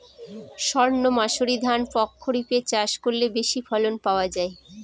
সর্ণমাসুরি ধান প্রক্ষরিপে চাষ করলে বেশি ফলন পাওয়া যায়?